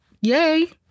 yay